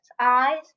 eyes